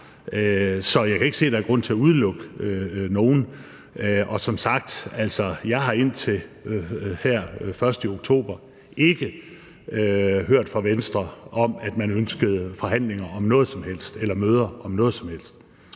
Så jeg kan ikke se, der er grund til at udelukke nogen. Og jeg har som sagt indtil her først i oktober ikke hørt fra Venstre om, at man ønskede forhandlinger om noget som helst eller møder om noget som helst.